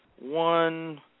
one